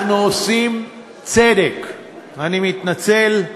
אנחנו עושים צדק, אני מתנצל,